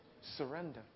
surrender